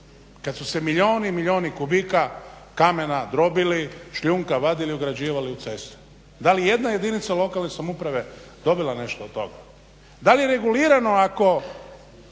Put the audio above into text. kad su se milijuni kubika kamena drobili, šljunka vadili i ugrađivali u ceste. Da li ijedna jedinica lokalne samouprave dobila nešto od toga? Da li je regulirano ako